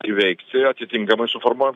įveikti atitinkamai suformuojant